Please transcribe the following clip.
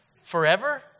forever